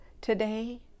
today